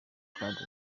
kandi